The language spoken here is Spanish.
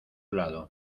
lado